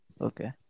Okay